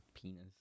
penis